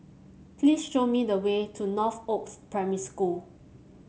please show me the way to Northoaks Primary School